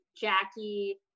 Jackie